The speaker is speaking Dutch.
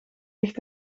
ligt